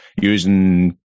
using